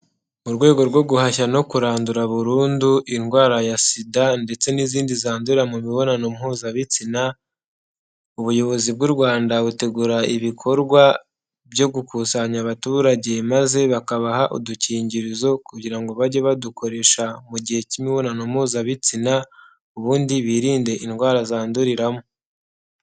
Mu rwego rwo guhashya no kurandura burundu indwara ya SIDA ndetse n'izindi zandurira mu mibonano mpuzabitsina, ubuyobozi bw'u Rwanda butegura ibikorwa byo gukusanya abaturage maze bakabaha udukingirizo kugira ngo bajye badukoresha mu gihe k'imibonano mpuzabitsina, ubundi birinde indwara zanduriramo.